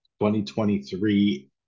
2023